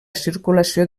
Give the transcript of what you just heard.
circulació